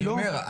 אני אומר,